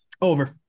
Over